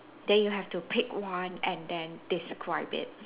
then you have to pick one and then describe it